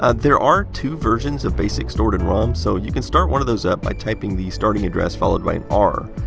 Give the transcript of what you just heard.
ah there are two versions of basic stored in rom, so i can start one of those up by typing the starting address followed by an r.